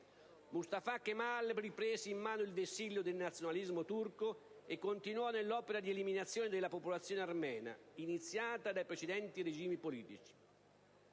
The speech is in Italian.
Mustafa Kemal riprese in mano il vessillo del nazionalismo turco e continuò nell'opera di eliminazione della popolazione armena, iniziata dai precedenti regimi politici.